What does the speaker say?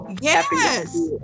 yes